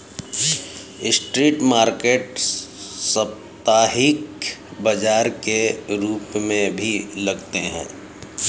street market साप्ताहिक बाजार के रूप में भी लगते हैं